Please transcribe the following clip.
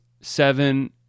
seven